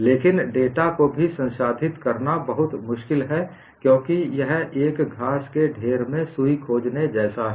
लेकिन डेटा को भी संसाधित करना बहुत मुश्किल है क्योंकि यह एक घास के ढेर में सुई खोजने जैसा है